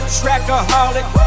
trackaholic